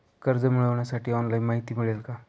कर्ज मिळविण्यासाठी ऑनलाइन माहिती मिळेल का?